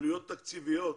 עלויות תקציביות